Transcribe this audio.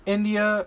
India